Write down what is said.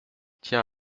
tiens